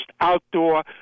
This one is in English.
outdoor